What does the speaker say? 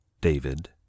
David